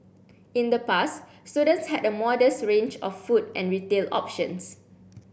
in the past students had a modest range of food and retail options